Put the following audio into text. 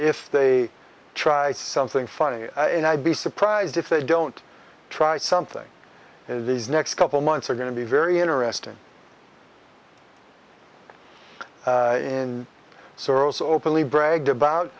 if they tried something funny and i'd be surprised if they don't try something in these next couple months are going to be very interesting in soros openly bragged about